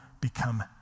become